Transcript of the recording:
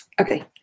Okay